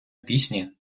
пісні